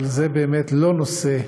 אבל זה באמת לא נושא,